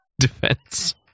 Defense